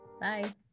Bye